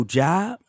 job